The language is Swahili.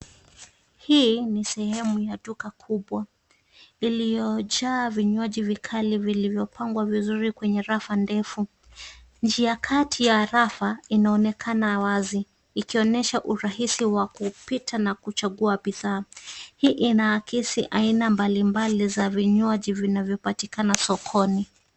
Hii ni sehemu ya duka kubwa iliyojaa vinywaji vikali vilivyopangwa vizuri kwenye rafu ndefu. Njia kati ya rafu inaonekana wazi, ikionyesha urahisi wa kupita na kuchagua bidhaa. Hii inaakisi aina mbalimbali za vinywaji vinavyopatikana sokoni.